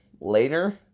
later